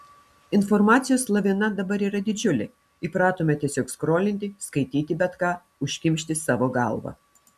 informacijos lavina dabar yra didžiulė įpratome tiesiog skrolinti skaityti bet ką užkimšti savo galvą